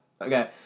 Okay